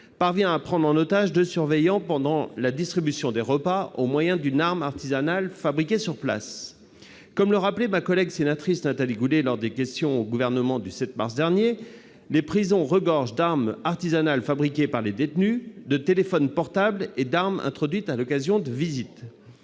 parvenu à prendre en otage deux surveillants pendant la distribution des repas, au moyen d'une arme artisanale fabriquée sur place. Comme le rappelait ma collègue Nathalie Goulet lors de la séance de questions d'actualité au Gouvernement du 7 mars dernier, nos prisons regorgent d'armes artisanales fabriquées par les détenus, de téléphones portables et d'armes introduites à l'occasion de visites.